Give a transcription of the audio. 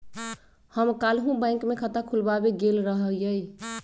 हम काल्हु बैंक में खता खोलबाबे गेल रहियइ